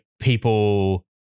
people